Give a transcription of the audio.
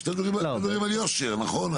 אתם מדברים על יושר, נכון?